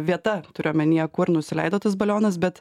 vieta turiu omenyje kur nusileido tas balionas bet